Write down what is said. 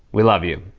we love you.